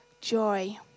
joy